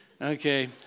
Okay